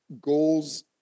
goals